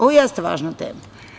Ovo jeste važna tema.